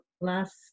last